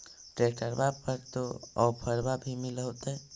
ट्रैक्टरबा पर तो ओफ्फरबा भी मिल होतै?